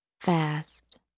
fast